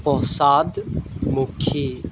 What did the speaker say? পশ্চাদমুখী